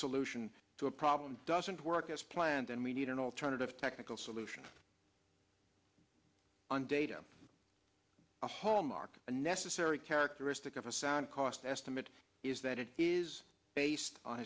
solution to a problem doesn't work as planned then we need an alternative technical solution on data a hallmark of a necessary characteristic of a sound cost estimate is that it is based on